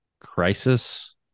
crisis